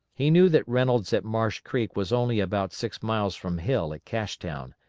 he knew that reynolds at marsh creek was only about six miles from hill at cashtown,